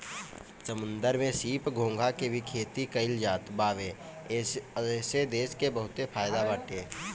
समुंदर में सीप, घोंघा के भी खेती कईल जात बावे एसे देश के बहुते फायदा बाटे